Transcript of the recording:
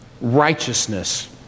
righteousness